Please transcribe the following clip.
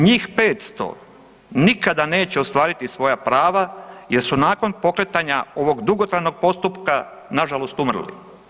Njih 500 nikada neće ostvariti svoja prava jer su nakon pokretanja ovog dugotrajnog postupka nažalost umrli.